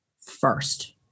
first